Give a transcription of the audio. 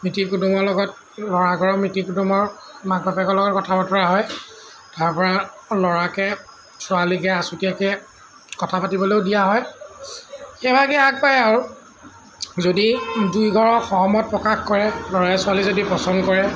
মিতিৰ কুটুমৰ লগত ল'ৰাঘৰৰ মিতিৰ কুটুমৰ মাক বাপেকৰ লগত কথা বতৰা হয় তাৰ পৰা ল'ৰাকে ছোৱালীকে আছুতীয়াকৈ কথা পাতিবলৈও দিয়া হয় তেনেকৈ আগবাঢ়ে আৰু যদি দুইঘৰৰ সহমত প্ৰকাশ কৰে ল'ৰাই ছোৱালীয়ে যদি পচন্দ কৰে